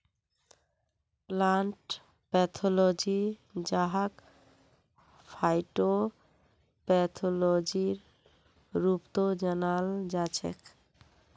plant pathology जहाक फाइटोपैथोलॉजीर रूपतो जानाल जाछेक